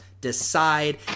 decide